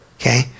okay